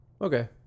Okay